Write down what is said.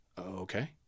okay